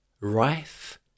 rife